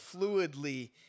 fluidly